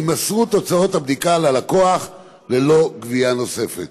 יימסרו תוצאות הבדיקות ללקוח ללא גבייה נוספת.